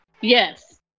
Yes